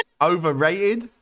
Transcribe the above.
Overrated